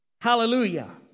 Hallelujah